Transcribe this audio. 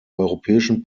europäischen